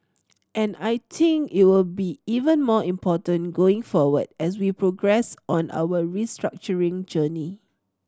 and I think it will be even more important going forward as we progress on our restructuring journey